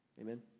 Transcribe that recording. Amen